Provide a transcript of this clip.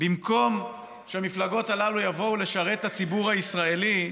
במקום שהמפלגות הללו יבואו לשרת את הציבור הישראלי,